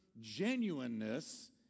genuineness